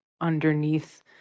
Underneath